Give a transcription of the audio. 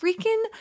freaking –